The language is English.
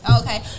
Okay